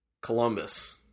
Columbus